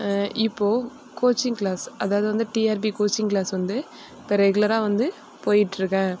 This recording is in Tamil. இப்போது கோச்சிங் கிளாஸ் அதாவது வந்து டிஆர்பி கோச்சிங் கிளாஸ் வந்து இப்போ ரெகுலராக வந்து போய்ட்ருக்கேன்